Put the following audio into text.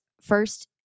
first